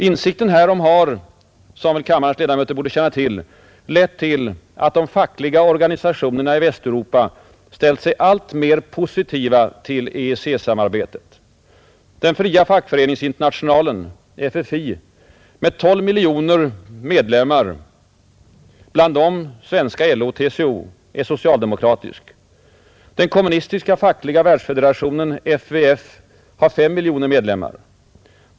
Insikten härom har, som väl kammarens ledamöter borde känna till, lett till att de fackliga organisationerna i Västeuropa ställt sig alltmer positiva till EEC-samarbetet. Den fria fackföreningsinternationalen, FFI med 12 miljoner medlemmar — bland dem svenska LO och TCO — är socialdemokratisk. Den kommunistiska fackliga världsfederationen — FVF — har 5 miljoner medlemmar.